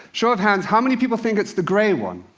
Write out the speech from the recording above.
show of hands how many people think it's the gray one?